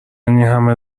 اینهمه